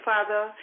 Father